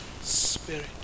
Spirit